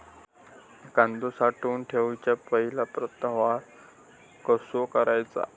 कांदो साठवून ठेवुच्या पहिला प्रतवार कसो करायचा?